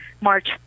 march